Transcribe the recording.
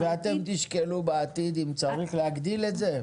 ואתם תשקלו בעתיד אם צריך להגדיל את המספר?